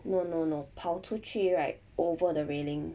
no no no 跑出去 right over the railing